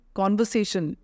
conversation